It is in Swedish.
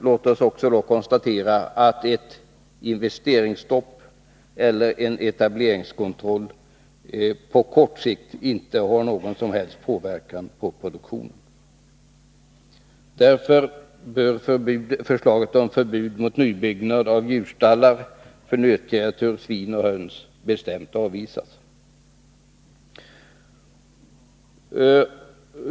Låt oss då konstatera att ett investeringsstopp eller en etableringskontroll på kort sikt inte har någon som helst inverkan på produktionen. Därför bör förslaget om förbud mot nybyggnad av djurstallar för nötkreatur, svin och höns bestämt avvisas.